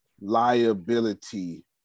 Liability